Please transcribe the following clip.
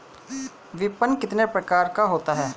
विपणन कितने प्रकार का होता है?